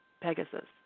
Pegasus